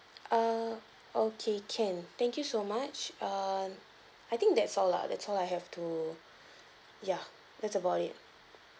err okay can thank you so much err I think that's all lah that's all I have to ya that's about it